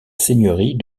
seigneurie